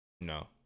No